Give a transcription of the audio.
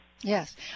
Yes